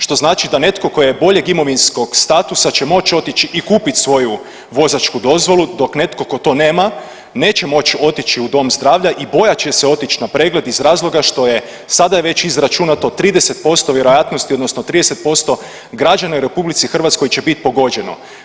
Što znači da netko tko je boljeg imovinskog statusa će moći otići i kupiti svoju vozačku dozvolu dok netko tko to nema neće moći otići u dom zdravlja i bojat će se otići na pregled iz razloga što je sada već izračunato 30% vjerojatnosti odnosno 30% građana u RH će biti pogođeno.